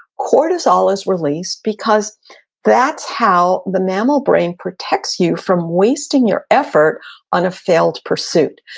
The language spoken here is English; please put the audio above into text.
cortisol is released because that's how the mammal brain protects you from wasting your effort on a failed pursuit,